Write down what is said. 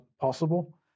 possible